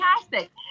fantastic